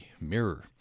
mirror